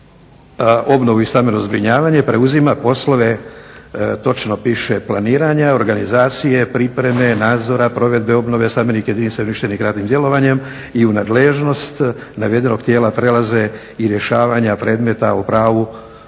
obnovu i stambeno zbrinjavanje preuzima poslove točno piše planiranja, organizacije, pripreme, nadzora provedbe obnove stambenih jedinica uništenih ratnim djelovanjem i u nadležnost navedenog tijela prelaze i rješavanje predmeta o pravu na obnovu